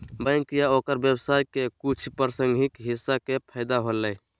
bank या ओकर व्यवसाय के कुछ प्रासंगिक हिस्सा के फैदा होलय